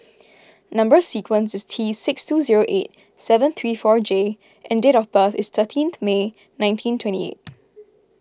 Number Sequence is T six two zero eight seven three four J and date of birth is thirteenth May nineteen twenty eight